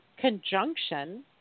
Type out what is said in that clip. conjunction